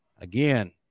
again